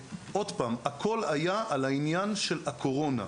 הכול היה על העניין של הקורונה.